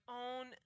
own